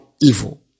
evil